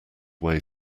way